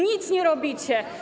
Nic nie robicie!